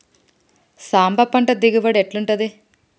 సాంబ పంట దిగుబడి ఎట్లుంటది?